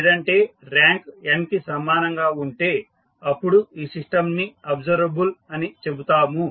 లేదంటే rank n కి సమానంగా ఉంటే అప్పుడు ఈ సిస్టంని అబ్సర్వబుల్ అని చెబుతాము